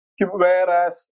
whereas